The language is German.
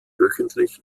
wöchentlich